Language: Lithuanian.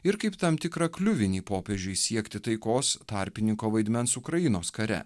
ir kaip tam tikrą kliuvinį popiežiui siekti taikos tarpininko vaidmens ukrainos kare